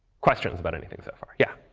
questions about anything so far? yeah?